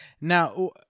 now